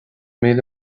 míle